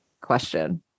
question